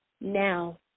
now